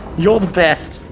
you're the best!